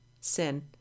sin